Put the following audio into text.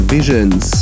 Visions